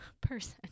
person